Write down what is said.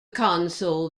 console